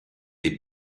les